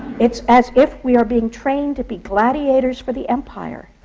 it's as if we are being trained to be gladiators for the empire.